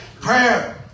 Prayer